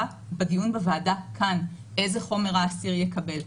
בדיון בוועדה כאן: איזה חומר האסיר יקבל,